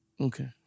Okay